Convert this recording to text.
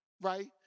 right